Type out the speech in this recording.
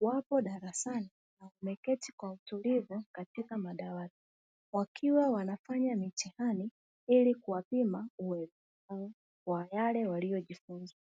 wapo darasani wameketi kwa utulivu katika madawati wakiwa wanafanya mitihani, ili kuwapima uwezo wao kwa yale waliyojifunza.